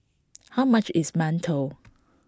how much is Mantou